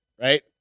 Right